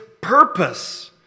purpose